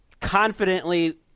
confidently